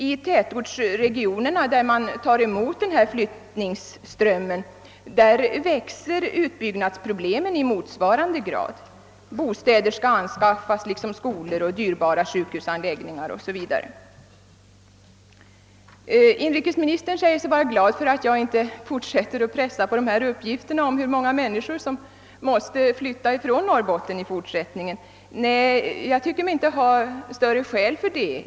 I tätortsregionerna, där man tar emot denna flyttningsström, växer utbyggnadsproblemen :i =: motsvarande grad: bostäder, skolor, dyrbara sjukhusanläggningar o. s. v. måste anskaffas. Inrikesministern sade att han var glad över att jag inte fortsatte att försöka pressa fram uppgifter på hur många människor som i fortsättningen måste flytta från Norrbotten.